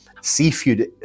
seafood